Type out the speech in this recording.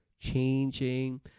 changing